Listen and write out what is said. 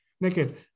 naked